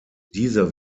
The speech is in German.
dieser